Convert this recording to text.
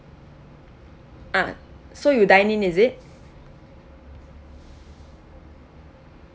ah so you dine in is it